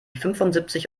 fünfundsiebzig